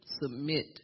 Submit